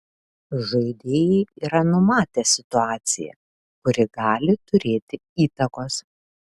žaidėjai yra numatę situaciją kuri gali turėti įtakos